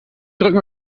drücken